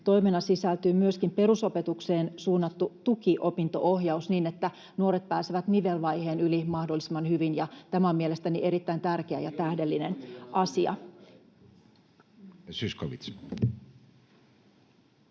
toimena sisältyy myöskin perusopetukseen suunnattu tukiopinto-ohjaus niin, että nuoret pääsevät nivelvaiheen yli mahdollisimman hyvin, ja tämä on mielestäni erittäin tärkeä ja tähdellinen asia.